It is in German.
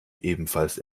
ebenfalls